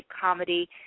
comedy